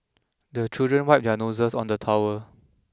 the children wipe their noses on the towel